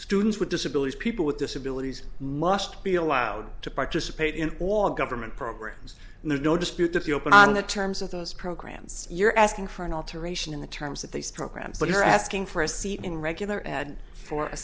students with disabilities people with disabilities must be allowed to participate in all government programs and there's no dispute that the open on the terms of those programs you're asking for an alteration in the terms that these programs but you are asking for a seat in regular ad for a